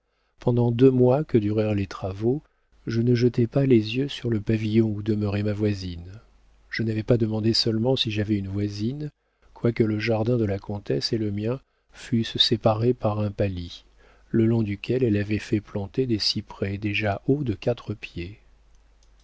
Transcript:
pendant deux mois que durèrent les travaux je ne jetai pas les yeux sur le pavillon où demeurait ma voisine je n'avais pas demandé seulement si j'avais une voisine quoique le jardin de la comtesse et le mien fussent séparés par un palis le long duquel elle avait fait planter des cyprès déjà hauts de quatre pieds